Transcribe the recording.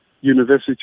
University